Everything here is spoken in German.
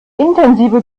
intensive